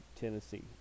Tennessee